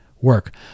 work